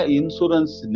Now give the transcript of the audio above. insurance